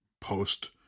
post